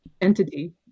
entity